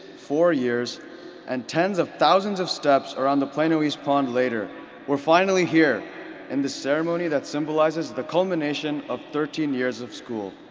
four years and tens of thousands of steps around the plano east pond later we're finally here in the ceremony that symbolizes the culmination of thirteen years of school.